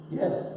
yes